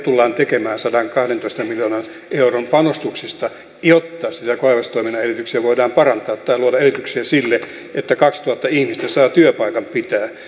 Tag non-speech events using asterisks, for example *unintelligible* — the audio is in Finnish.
*unintelligible* tullaan tekemään sadankahdentoista miljoonan euron panostuksista jotta sen kaivostoiminnan edellytyksiä voidaan parantaa tai luoda edellytyksiä sille että kaksituhatta ihmistä saa työpaikan pitää